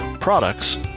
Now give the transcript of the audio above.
products